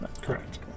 Correct